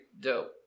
dope